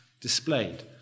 displayed